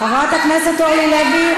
חברת הכנסת אורלי לוי.